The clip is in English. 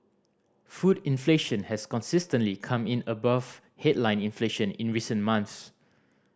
food inflation has consistently come in above headline inflation in recent months